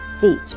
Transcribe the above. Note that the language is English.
feet